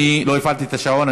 אני לא הפעלתי את השעון,